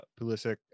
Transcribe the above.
Pulisic